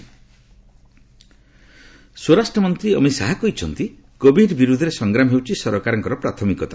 Covid ସ୍ଥିତି ଶାହା ସ୍ୱରାଷ୍ଟ୍ରମନ୍ତ୍ରୀ ଅମିତ ଶାହା କହିଛନ୍ତି କୋଭିଡ୍ ବିରୁଦ୍ଧରେ ସଂଗ୍ରାମ ହେଉଛି ସରକାରଙ୍କ ପ୍ରାଥମିକତା